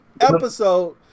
episode